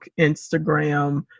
Instagram